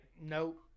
nope